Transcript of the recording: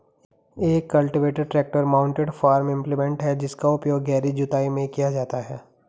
एक cultivator tractor mounted farm implement है जिसका उपयोग गहरी जुताई में किया जाता है